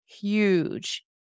huge